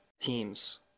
teams